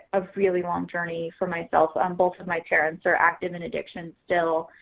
a really long journey for myself. um both and my parents are active in addiction still.